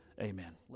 Amen